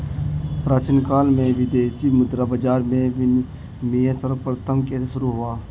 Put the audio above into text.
प्राचीन काल में विदेशी मुद्रा बाजार में विनिमय सर्वप्रथम कैसे शुरू हुआ?